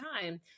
time